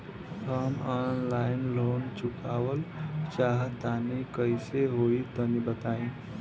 हम online loan चुकावल चाहऽ तनि कइसे होई तनि बताई?